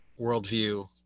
worldview